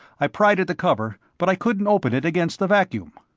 i pried at the cover, but i couldn't open it against the vacuum.